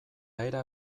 era